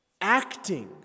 acting